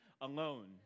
alone